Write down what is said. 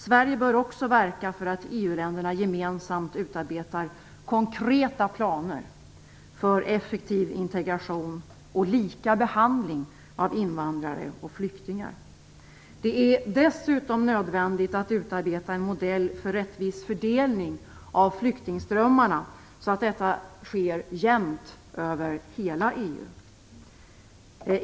Sverige bör också verka för att EU-länderna gemensamt utarbetar konkreta planer för effektiv integration och lika behandling av invandrare och flyktingar. Dessutom är det nödvändigt att utarbeta en modell för rättvis fördelning av flyktingströmmarna, så att de fördelas jämnt över hela EU.